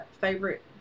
favorite